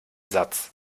satz